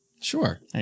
Sure